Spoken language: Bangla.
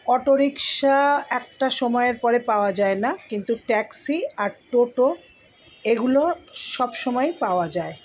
অটোরিক্সা একটা সময়ের পরে পাওয়া যায় না কিন্তু ট্যাক্সি আর টোটো এগুলো সবসময়ই পাওয়া যায়